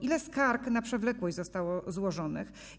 Ile skarg na przewlekłość zostało złożonych?